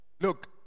Look